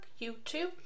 YouTube